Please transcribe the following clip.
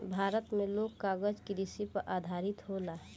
भारत मे लोग कागज कृषि पर आधारित होला